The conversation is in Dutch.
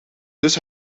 dus